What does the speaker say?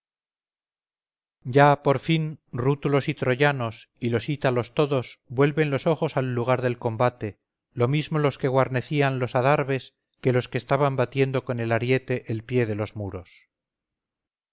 ya por fin rútulos y troyanos y los ítalos todos vuelven los ojos al lugar del combate lo mismo los que guarnecían los adarves que los que estaban batiendo con el ariete el pie de los muros